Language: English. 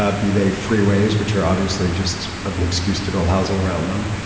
ah be they freeways, which are obviously just an excuse to build housing around them.